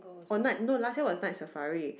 oh night no last year was Night Safari